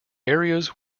areas